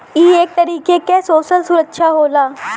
ई एक तरीके क सोसल सुरक्षा होला